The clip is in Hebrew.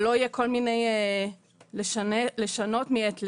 ושלא יהיה כל מיני "לשנות מעת לעת"